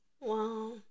Wow